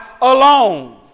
alone